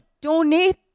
Donate